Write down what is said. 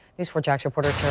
news four jax reporter.